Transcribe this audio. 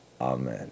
Amen